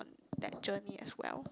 at journey as well